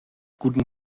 guten